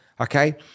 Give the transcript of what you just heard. Okay